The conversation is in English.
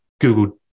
Google